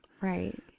Right